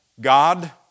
God